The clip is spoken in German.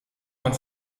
man